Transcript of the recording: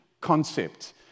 concept